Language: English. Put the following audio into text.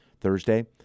Thursday